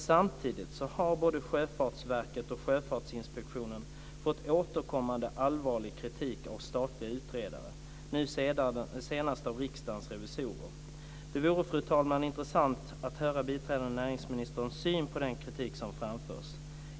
Samtidigt har både Sjöfartsverket och Sjöfartsinspektionen fått återkommande allvarlig kritik av statliga utredare, nu senast av Riksdagens revisorer. Det vore, fru talman, intressant att höra biträdande näringsministerns syn på den kritik som framförs.